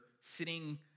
sitting